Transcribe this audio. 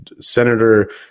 Senator